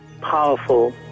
powerful